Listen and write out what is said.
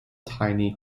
tiny